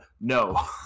no